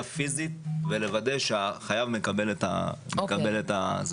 פיזית ולוודא שהחייב מקבל את ההודעה,